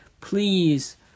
Please